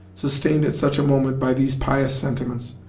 sustained at such a moment by these pious sentiments,